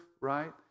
right